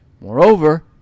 Moreover